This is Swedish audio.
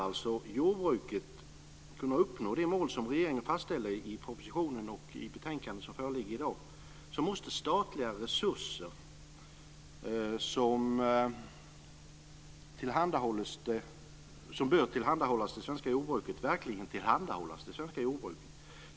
Om jordbruket ska kunna uppnå de mål som regeringen fastställer i propositionen och som framgår i betänkandet som föreligger i dag, måste statliga resurser verkligen tillhandahållas det svenska jordbruket.